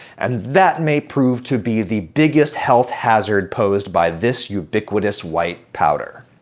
and that may prove to be the biggest health hazard posed by this ubiquitous white powder.